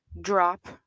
drop